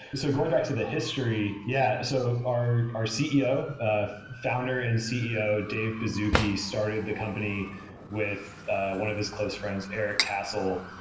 so going back to the history, yeah. so our our ceo, founder and ceo, dave baszucki, started the company with one of his close friends, eric cassel,